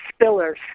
spillers